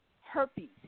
herpes